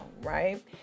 right